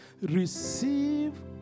receive